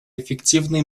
эффективные